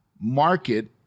market